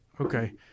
Okay